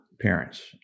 parents